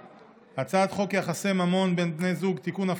הצעת חוק יחסי ממון בין בני זוג (תיקון,